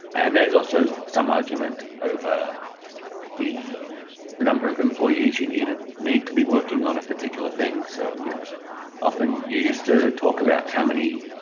and there's also some argument over the the number of employees you need ah need to be working on a particular thing. so you know often, you used to talk about how many